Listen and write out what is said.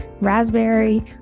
raspberry